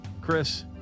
Chris